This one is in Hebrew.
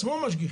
עסק.